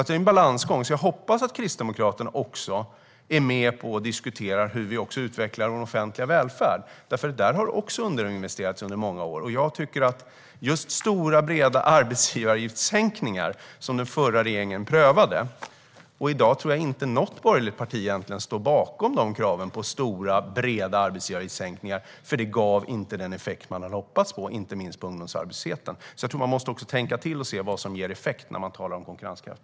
Det är en balansgång. Jag hoppas att Kristdemokraterna också är med på att diskutera hur vi utvecklar vår offentliga välfärd, för också där har det underinvesterats under många år. Just när det gäller stora och breda arbetsgivaravgiftssänkningar, som den förra regeringen prövade, tror jag inte att något borgerligt parti egentligen står bakom kraven på sådana. Det gav inte den effekt man hade hoppats på, inte minst när det gäller ungdomsarbetslösheten. Jag tror att man måste tänka till och se vad som ger effekt när man talar om konkurrenskraft.